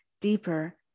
deeper